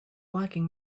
blocking